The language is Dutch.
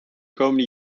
komende